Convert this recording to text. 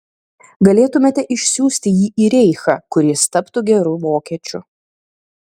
galėtumėte išsiųsti jį į reichą kur jis taptų geru vokiečiu